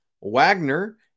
Wagner